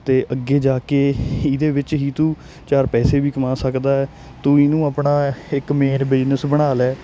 ਅਤੇ ਅੱਗੇ ਜਾ ਕੇ ਇਹਦੇ ਦੇ ਵਿੱਚ ਹੀ ਤੂੰ ਚਾਰ ਪੈਸੇ ਵੀ ਕਮਾ ਸਕਦਾ ਹੈ ਤੂੰ ਇਹਨੂੰ ਆਪਣਾ ਇੱਕ ਮੇਨ ਬਿਜ਼ਨਸ ਬਣਾ ਲੈ